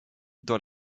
dans